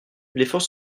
l’effort